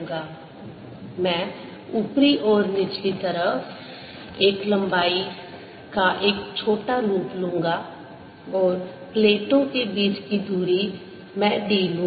E B∂t मैं ऊपरी और निचली तरफ l लंबाई का एक छोटा लूप लूंगा और प्लेटों के बीच की दूरी मैं d लूँगा